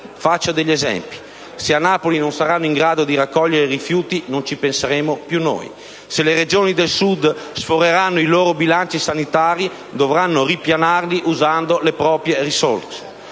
faccio degli esempi: se a Napoli non saranno in grado di raccogliere i rifiuti, non ci penseremo più noi; se le Regioni del Sud sforeranno i loro bilanci sanitari, dovranno ripianarli usando le proprie risorse;